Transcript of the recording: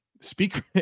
Speak